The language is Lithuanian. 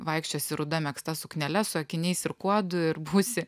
vaikščiosi ruda megzta suknele su akiniais ir kuodu ir būsi